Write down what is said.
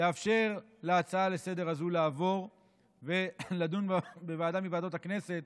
לאפשר להצעה לסדר-היום הזו לעבור ולדון בה בוועדה מוועדות הכנסת,